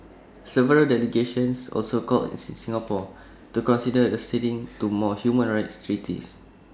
several delegations also called on Singapore to consider acceding to more human rights treaties